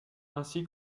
ainsi